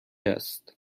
است